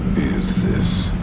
is this?